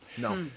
No